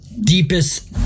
deepest